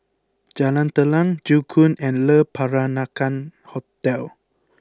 Jalan Telang Joo Koon and Le Peranakan Hotel